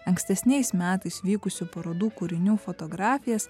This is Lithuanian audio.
ankstesniais metais vykusių parodų kūrinių fotografijas